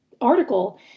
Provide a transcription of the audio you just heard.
article